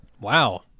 Wow